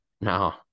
No